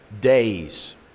days